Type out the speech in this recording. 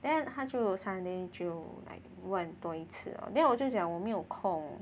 then 他就 Sunday 就就 like 问一次 lor then 我就讲我没有空